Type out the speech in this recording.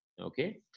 Okay